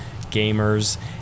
gamers